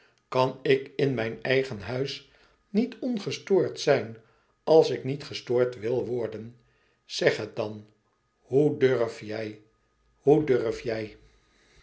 kàn ik in mijn eigen huis niet ongestoord zijn als ik niet gestoord wil worden zeg het dan hoe durf jij hoe durf jij